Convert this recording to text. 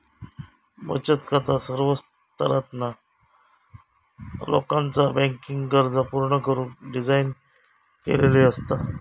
बचत खाता सर्व स्तरातला लोकाचा बँकिंग गरजा पूर्ण करुक डिझाइन केलेली असता